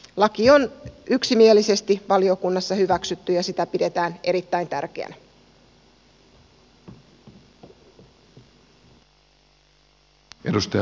laki on yksimielisesti valiokunnassa hyväksytty ja sitä pidetään erittäin tärkeänä